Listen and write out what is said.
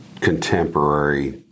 contemporary